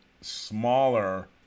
smaller